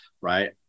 right